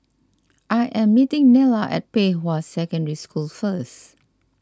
I am meeting Nella at Pei Hwa Secondary School first